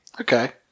Okay